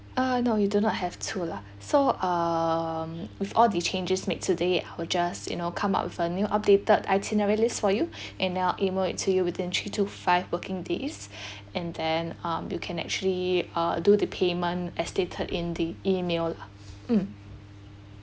uh no you do not have to lah so um with all the changes made today I'll just you know come up with a new updated itineraries for you and I'll email it to you within three to five working days and then um you can actually uh do the payment as stated in the email lah mm